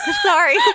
Sorry